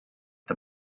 the